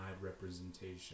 representation